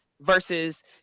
versus